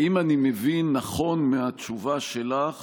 האם אני מבין נכון מהתשובה שלך